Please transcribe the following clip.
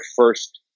first